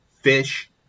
fish